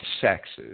sexes